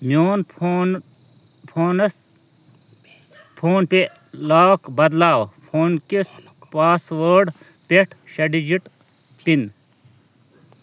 میون فون فونس فونپے لاک بدلاو فونکِس پاسوٲڈ پٮ۪ٹھ شےٚ ڈِجٹ پِن